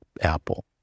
Apple